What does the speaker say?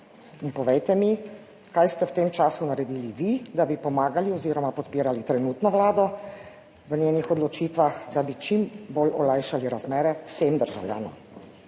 in povejte mi, kaj ste v tem času naredili vi, da bi pomagali oziroma podpirali trenutno Vlado v njenih odločitvah, da bi čim bolj olajšali razmere vsem državljanom?